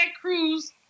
Cruz